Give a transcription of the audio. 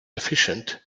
efficient